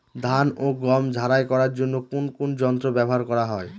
ধান ও গম ঝারাই করার জন্য কোন কোন যন্ত্র ব্যাবহার করা হয়?